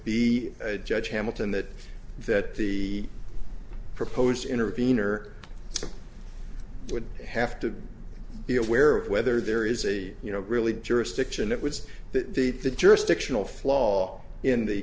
be judge hamilton that that the proposed intervener it would have to be aware of whether there is a you know really jurisdiction it was that the the jurisdictional flaw in the